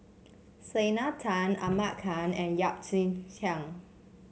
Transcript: Selena Tan Ahmad Khan and Yap Ee Chian